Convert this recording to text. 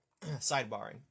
Sidebarring